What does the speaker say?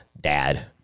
dad